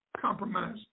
compromise